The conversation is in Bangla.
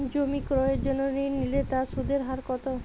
জমি ক্রয়ের জন্য ঋণ নিলে তার সুদের হার কতো?